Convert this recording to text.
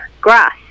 grass